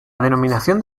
denominación